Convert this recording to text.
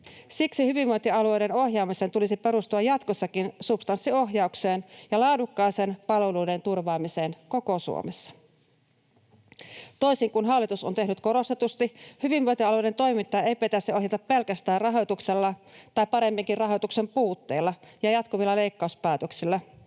Siksi hyvinvointialueiden ohjaamisen tulisi perustua jatkossakin substanssiohjaukseen ja laadukkaaseen palveluiden turvaamiseen koko Suomessa. Toisin kuin hallitus on korostetusti tehnyt, hyvinvointialueiden toimintaa ei pitäisi ohjata pelkästään rahoituksella tai paremminkin rahoituksen puutteella ja jatkuvilla leikkauspäätöksillä